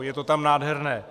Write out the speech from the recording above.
Je to tam nádherné.